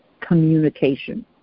communication